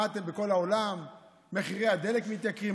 בכל העולם מחירי הדלק מתייקרים,